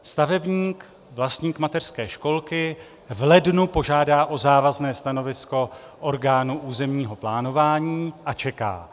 Stavebník, vlastník mateřské školky, v lednu požádá o závazné stanovisko orgánu územního plánování a čeká.